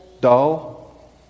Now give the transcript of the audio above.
dull